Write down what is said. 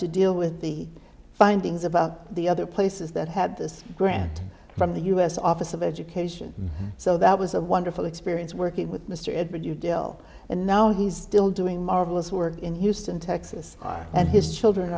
to deal with the findings about the other places that had this grant from the u s office of education so that was a wonderful experience working with mr edward you deal and now he's still doing marvelous work in houston texas and his children